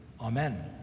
Amen